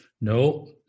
No